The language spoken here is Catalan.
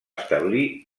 establir